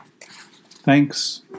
Thanks